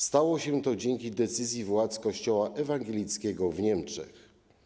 Stało się to dzięki decyzji władz kościoła ewangelickiego w Niemczech.